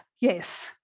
Yes